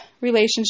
relationship